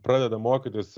pradeda mokytis